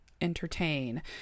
entertain